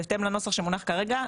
בהתאם לנוסח שמונח כרגע,